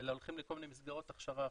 אלא הולכים לכל מיני מסגרות הכשרה אחרות.